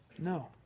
No